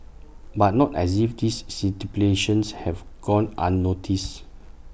but not as if this stipulations have gone unnoticed